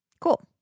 Cool